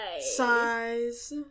Size